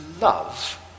love